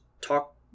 talk